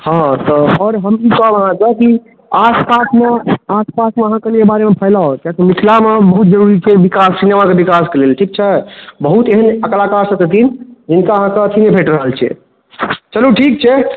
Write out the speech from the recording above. हाँ तऽ आओर हम ई कहब अहाँके कि आसपासमे आसपासमे अहाँके एहि बारेमे फैलाउ किएकि मिथिलामे बहुत जरूरी छै विकास सिनेमाके विकासके लेल ठीक छै बहुत एहन कलाकारसब छथिन जिनका अहाँके अथी नहि भेटि रहल छै चलू ठीक छै